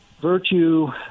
virtue